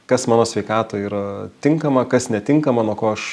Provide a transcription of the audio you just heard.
kas mano sveikatoj yra tinkama kas netinkama nuo ko aš